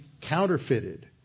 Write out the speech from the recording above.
counterfeited